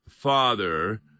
father